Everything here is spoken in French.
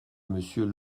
monsieur